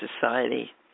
society